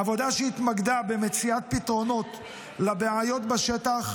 עבודה שהתמקדה במציאת פתרונות לבעיות בשטח,